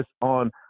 on